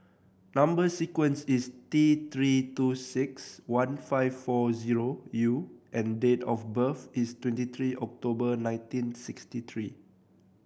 number sequence is T Three two six one five four zero U and date of birth is twenty three October nineteen sixty three